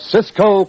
Cisco